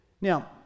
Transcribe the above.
Now